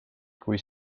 kui